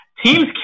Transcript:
Teams